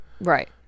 Right